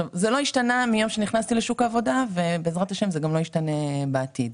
זה לא השתנה מיום שנכנסתי לשוק העבודה ובעזרת השם זה גם לא ישתנה בעתיד.